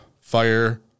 fire